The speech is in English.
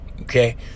okay